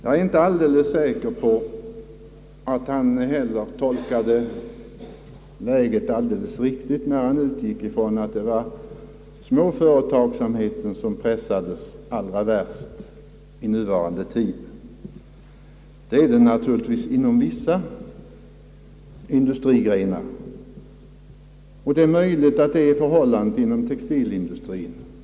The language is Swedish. Jag är inte alldeles säker på att herr Andersson heller hade rätt, när han utgick ifrån att det var småföretagsamheten som pressades allra värst i nuva rande läge. Så är naturligtvis fallet inom vissa industrigrenar. Det är möjligt att så är förhållandet inom textilindustrien.